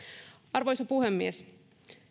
arvoisa puhemies